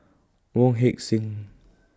Wong Heck Sing